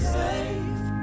safe